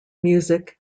music